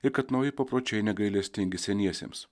ir kad nauji papročiai negailestingi seniesiems